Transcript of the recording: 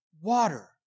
water